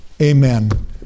Amen